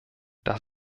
das